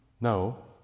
No